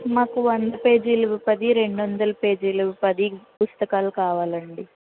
మాకు వంద పేజీలవి పది రెండు వందలపేజీలవి పది పుస్తకాలు కావాలండి